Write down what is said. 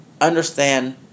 understand